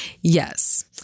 yes